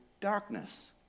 darkness